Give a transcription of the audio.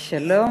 שלום,